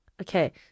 Okay